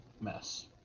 mess